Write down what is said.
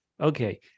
okay